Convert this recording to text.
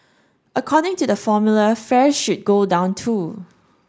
according to the formula fares should go down too